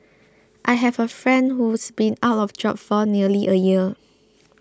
I have a friend who's been out of job for nearly a year